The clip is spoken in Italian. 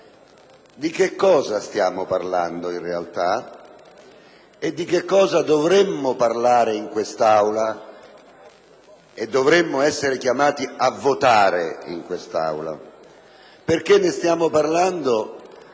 di che cosa stiamo parlando in realtà e di che cosa dovremmo parlare e dovremmo essere chiamati a votare in quest'Aula. Perché ne stiamo parlando